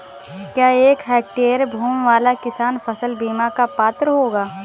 क्या एक हेक्टेयर भूमि वाला किसान फसल बीमा का पात्र होगा?